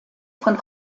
von